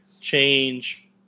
change